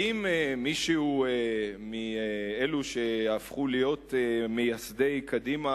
האם מישהו מאלו שהפכו להיות מייסדי קדימה,